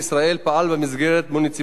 באיגודי ערים לכבאות